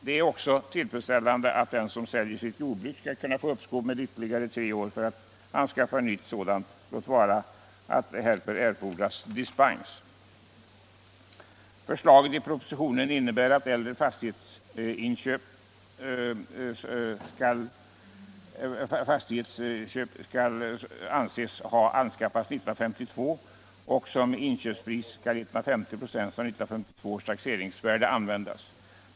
Det är också tillfredsställande att den som säljer sitt jordbruk skall kunna få uppskov med ytterligare tre år för att anskaffa nytt sådant, låt vara att härför erfordras dispens. Förslaget i propositionen innebär att äldre fastighetsinköp skall anses ha inträffat 1952, och som inköpspris skall 150 96 av 1952 års taxeringsvärde användas.